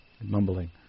mumbling